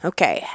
Okay